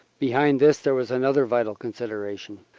behind this there was another vital consideration.